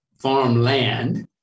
farmland